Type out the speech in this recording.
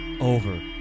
over